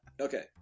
okay